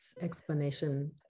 explanation